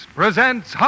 presents